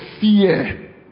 fear